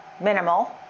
minimal